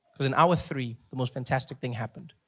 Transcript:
because in hour three the most fantastic thing happened.